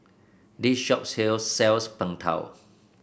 this shop sell sells Png Tao